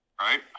right